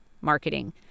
marketing